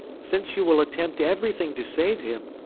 since you will attempt everything to save him,